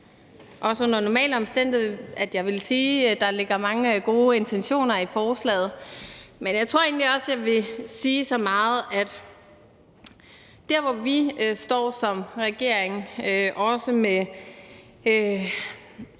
Under normale omstændigheder vil jeg sige, at der ligger mange gode intentioner i forslaget, men jeg tror egentlig også, jeg vil sige så meget, at der for os, der, hvor vi står som regering, også med